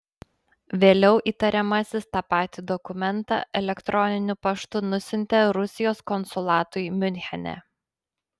vėliau įtariamasis tą patį dokumentą elektroniniu paštu nusiuntė rusijos konsulatui miunchene